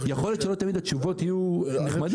יכול להיות שהתשובות לא תמיד יהיו נחמדות.